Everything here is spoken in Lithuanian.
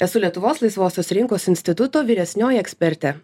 esu lietuvos laisvosios rinkos instituto vyresnioji ekspertė